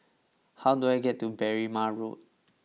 how do I get to Berrima Road